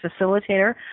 facilitator